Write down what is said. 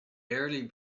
barely